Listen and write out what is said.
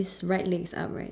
his right leg's outwards